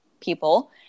people